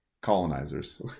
Colonizers